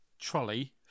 trolley